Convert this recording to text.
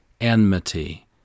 enmity